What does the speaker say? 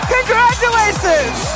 Congratulations